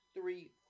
three